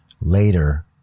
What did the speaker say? later